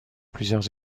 plusieurs